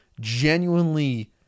Genuinely